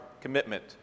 commitment